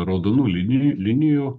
raudonų lini linijų